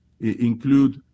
include